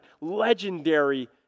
legendary